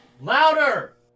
Louder